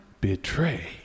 betray